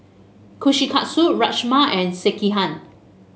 Kushikatsu Rajma and Sekihan